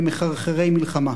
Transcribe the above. למחרחרי מלחמה.